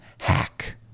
Hack